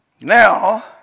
Now